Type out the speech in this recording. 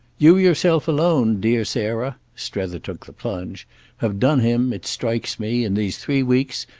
you yourself alone, dear sarah strether took the plunge have done him, it strikes me, in these three weeks,